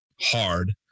hard